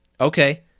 Okay